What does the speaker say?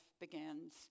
begins